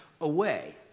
away